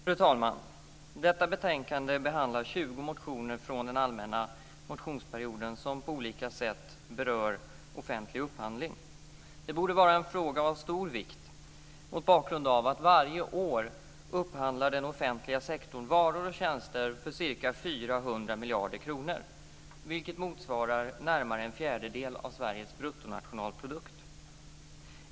Fru talman! Detta betänkande behandlar 20 motioner från den allmänna motionsperioden som på olika sätt berör offentlig upphandling. Det borde vara en fråga av stor vikt mot bakgrund av att den offentliga sektorn varje år upphandlar varor och tjänster för ca 400 miljarder kronor, vilket motsvarar närmare en fjärdedel av Sveriges bruttonationalprodukt.